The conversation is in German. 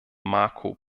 marco